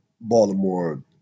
Baltimore